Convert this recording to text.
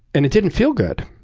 and it didn't feel good.